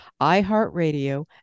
iHeartRadio